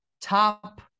top